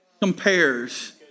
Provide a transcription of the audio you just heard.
compares